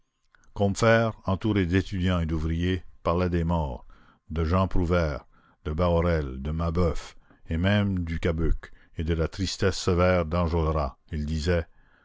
combeferre entouré d'étudiants et d'ouvriers parlait des morts de jean prouvaire de bahorel de mabeuf et même du cabuc et de la tristesse sévère d'enjolras il disait